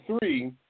three